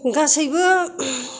गासैबो